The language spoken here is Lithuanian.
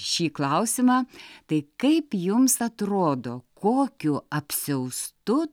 šį klausimą tai kaip jums atrodo kokiu apsiaustu